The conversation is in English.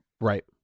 Right